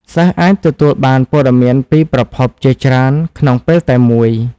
សិស្សអាចទទួលបានព័ត៌មានពីប្រភពជាច្រើនក្នុងពេលតែមួយ។